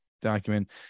document